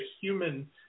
human